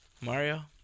Mario